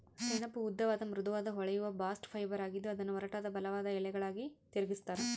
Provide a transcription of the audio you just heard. ಸೆಣಬು ಉದ್ದವಾದ ಮೃದುವಾದ ಹೊಳೆಯುವ ಬಾಸ್ಟ್ ಫೈಬರ್ ಆಗಿದ್ದು ಅದನ್ನು ಒರಟಾದ ಬಲವಾದ ಎಳೆಗಳಾಗಿ ತಿರುಗಿಸ್ತರ